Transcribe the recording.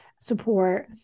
support